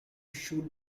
shoot